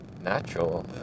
natural